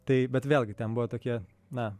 taip bet vėlgi ten buvo tokia na